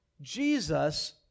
Jesus